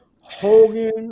Hogan